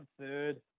third